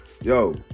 yo